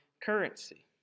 currency